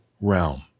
realm